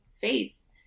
face